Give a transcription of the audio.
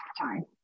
time